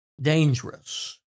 Dangerous